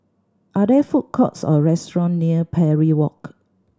are there food courts or restaurant near Parry Walk